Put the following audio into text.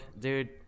Dude